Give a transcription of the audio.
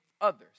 others